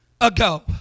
ago